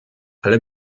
alle